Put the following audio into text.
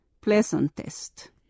pleasantest